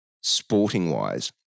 sporting-wise